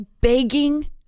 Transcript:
begging